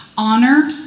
honor